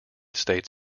states